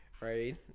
right